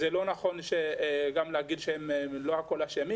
זה לא נכון להגיד שהם אשמים בכל,